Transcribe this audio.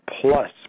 plus